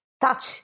touch